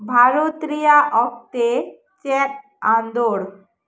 ᱵᱷᱟᱨᱚᱛ ᱨᱮᱭᱟᱜ ᱚᱠᱛᱮ ᱪᱮᱫ ᱟᱸᱫᱚᱲ